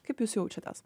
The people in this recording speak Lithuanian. kaip jūs jaučiatės